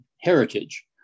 heritage